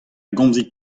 gomzit